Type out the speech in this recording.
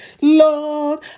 Lord